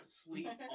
sleep